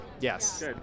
Yes